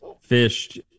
fished